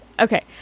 Okay